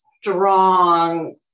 strong